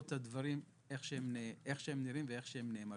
את הדברים כמו שהם נראים וכמו שהם נאמרים.